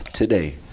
Today